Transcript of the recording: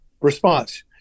response